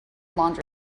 laundry